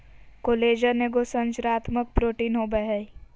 collagen एगो संरचनात्मक protein होबैय हइ